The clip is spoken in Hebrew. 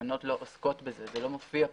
התקנות לא עוסקות בזה וזה לא מופיע כאן.